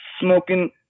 smoking